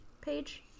page